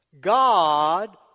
God